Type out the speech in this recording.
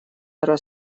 раз